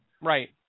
Right